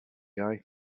guy